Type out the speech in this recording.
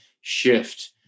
shift